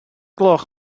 gloch